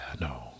no